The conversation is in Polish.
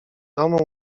domy